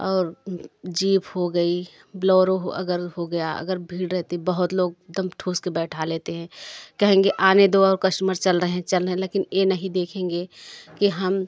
और जीफ हो गई ब्लोरो हो अगर हो गया अगर भीड़ रहती बहुत एकदम ठूस के बैठा लेते हैं कहेंगे आने दो और कस्टमर्स चल रहें चल रहे लेकिन ए नहीं देखेंगे कि हम